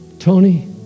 Tony